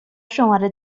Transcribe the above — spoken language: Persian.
شماره